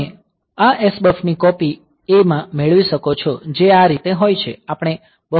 તમે આ SBUF ની કોપી A માં મેળવી શકો છો જે આ રીતે હોય છે